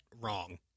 wrong